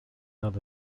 though